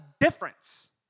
difference